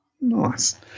Nice